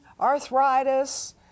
arthritis